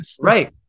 Right